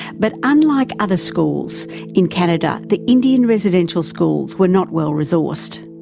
but unlike other schools in canada, the indian residential schools were not well resourced.